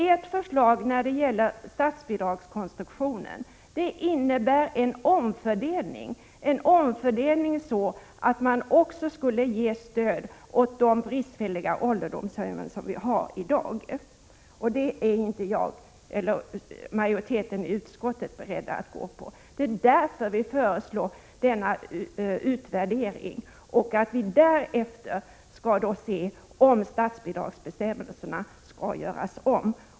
Ert förslag när det gäller statsbidragskonstruktionen innebär en omfördelning så att man skall ge stöd också åt de bristfälliga ålderdomshem som vi har i dag, och det är inte majoriteten i utskottet beredd att gå med på. Det är därför vi föreslår denna utvärdering. Därefter skall vi se om statsbidragsbe stämmelserna skall göras om.